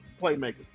playmakers